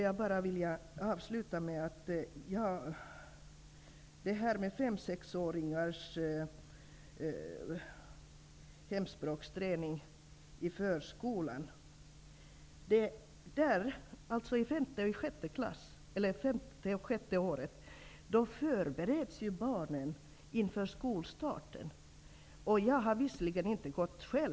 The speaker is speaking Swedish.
Jag vill avsluta med att återkomma till fem och sexåringars hemspråksträning i förskola. Under det femte och sjätte levnadsåret förbereds barnen inför skolstarten, och då krävs det pedagogiska kunskaper.